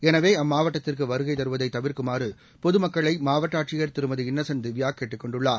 எனவே அம்மாவட்டத்திற்கு வருவதை தவிர்க்குமாறு பொதுமக்களை மாவட்ட ஆட்சியர் திருமதி இன்னசென்ட் திவ்யா கேட்டுக் கொண்டுள்ளார்